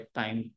time